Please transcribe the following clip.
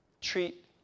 treat